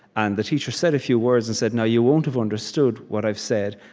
and the teacher said a few words and said, now you won't have understood what i've said,